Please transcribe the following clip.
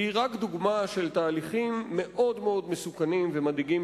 היא רק דוגמה של תהליכים מאוד מסוכנים ומדאיגים